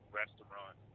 restaurant